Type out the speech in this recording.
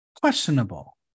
questionable